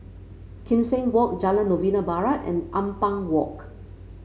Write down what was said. Kim Seng Walk Jalan Novena Barat and Ampang Walk